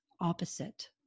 opposite